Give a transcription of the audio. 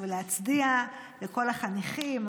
ולהצדיע לכל החניכים,